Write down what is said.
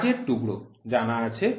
কাজের টুকরো জানা আছে